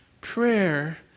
prayer